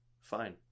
Fine